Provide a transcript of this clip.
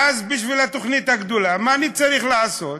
ואז, בשביל התוכנית הגדולה, מה אני צריך לעשות?